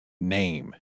name